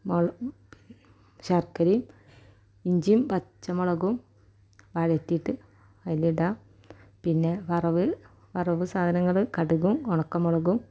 ശർക്കരയും ഇഞ്ചിയും പച്ചമുളകും വഴറ്റിയിട്ട് അതിലിടുക പിന്നെ വറവ് വറവ് സാധനങ്ങൾ കടുകും ഉണക്കമുളകും